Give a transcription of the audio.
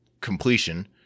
completion